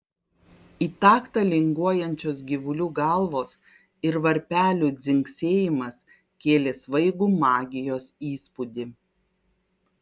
į taktą linguojančios gyvulių galvos ir varpelių dzingsėjimas kėlė svaigų magijos įspūdį